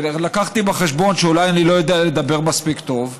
והבאתי בחשבון שאולי אני לא יודע לדבר מספיק טוב,